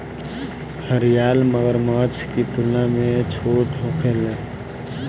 घड़ियाल मगरमच्छ की तुलना में छोट होखेले